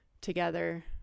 together